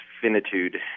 Finitude